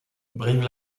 brive